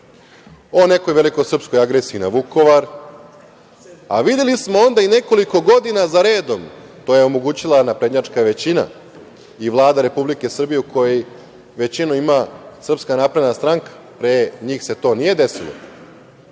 o nekoj velikosrpskoj agresiji na Vukovar, a videli smo i onda nekoliko godina za redom, to je omogućila naprednjačka većina i Vlada Republike Srbije u kojoj većinu ima SNS, pre njih se to nije desilo,